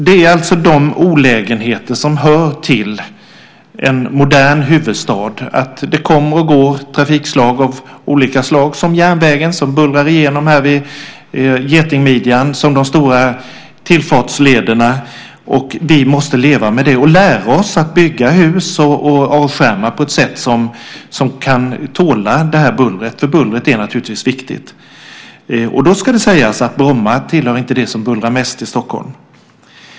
Det är alltså sådana olägenheter som hör till en modern huvudstad. Det är olika trafikslag som järnvägen, med tåg som bullrar fram genom getingmidjan, och de stora tillfartslederna. Vi måste leva med det och lära oss att bygga hus och avskärma på ett sådant sätt att man kan tåla detta buller eftersom bullret naturligtvis är något viktigt. Då ska jag säga att Bromma flygplats inte är det som bullrar mest i Stockholm.